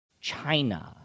China